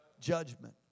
Judgment